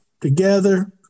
together